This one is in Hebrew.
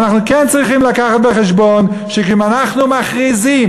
ואנחנו כן צריכים לקחת בחשבון שאם אנחנו מכריזים